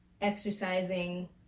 exercising